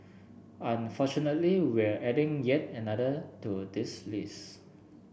unfortunately we're adding yet another to this list